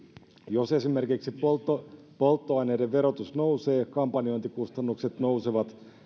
jos esimerkiksi polttoaineiden polttoaineiden verotus nousee kampanjointikustannukset nousevat